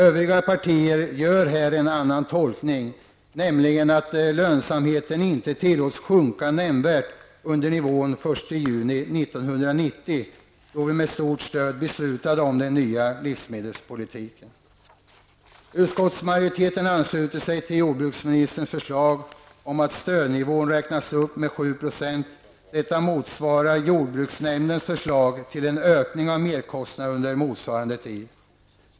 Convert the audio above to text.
Övriga partier gör här en annan tolkning, nämligen att lönsamheten inte tillåts sjunka nämnvärt under nivån den 1 juni 1990, då vi med stort stöd beslutade om den nya livsmedelspolitiken. Utskottsmajoriteten ansluter sig till jordbruksministerns förslag om att stödnivån räknas upp med 7 %. Detta motsvarar jordbruksnämndens förslag till ökning av merkostnaderna under motsvarande tid.